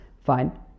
fine